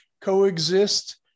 coexist